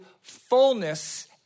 fullness